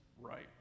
right